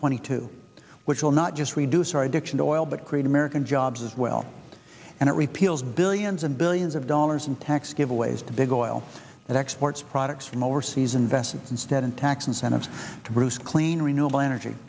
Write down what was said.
twenty two which will not just reduce our addiction to oil but create american jobs as well and it repeals billions and billions of dollars in tax giveaways to big oil that exports products from overseas investing instead in tax incentives to bruce clean renewable energy